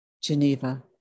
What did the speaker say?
Geneva